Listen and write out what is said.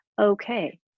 okay